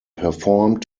performed